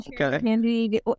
Okay